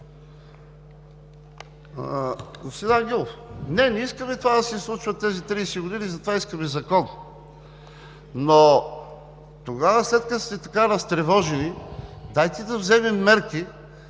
Ангелов, не, не искаме това да се случва, както в тези 30 години, затова искаме закон. Тогава, след като сте така разтревожени, дайте да вземем мерки